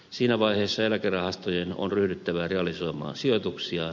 siinä vaiheessa eläkerahastojen on ryhdyttävä realisoimaan sijoituksiaan